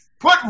Put